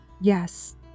Yes